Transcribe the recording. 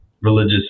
religious